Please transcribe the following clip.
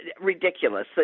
ridiculous